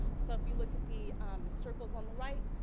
so if you look at the circles on the right,